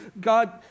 God